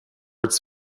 its